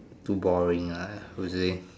too boring ah usually